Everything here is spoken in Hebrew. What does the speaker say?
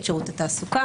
את שירות התעסוקה,